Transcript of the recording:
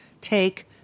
take